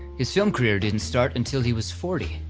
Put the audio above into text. his film career didn't start until he was forty,